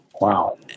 wow